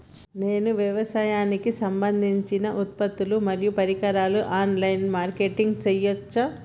నేను వ్యవసాయానికి సంబంధించిన ఉత్పత్తులు మరియు పరికరాలు ఆన్ లైన్ మార్కెటింగ్ చేయచ్చా?